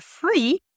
free